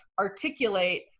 articulate